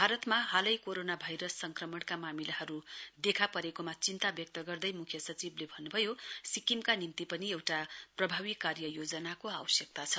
भारतमा हालै corona virus संक्रमणका मामिलाहरू देखा परेकोमा चिन्ता व्यक्त गर्दै मुख्य सचिवले भन्नु भयो सिक्किमका निम्ति पनि एउटा प्रभावी कार्य योजनाको आवश्यकता छ